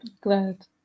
glad